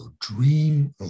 dream